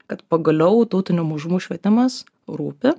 kad pagaliau tautinių mažumų švietimas rūpi